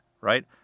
right